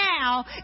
now